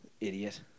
Idiot